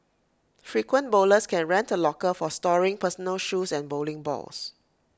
frequent bowlers can rent A locker for storing personal shoes and bowling balls